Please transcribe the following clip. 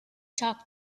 talk